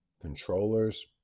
controllers